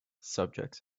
subjects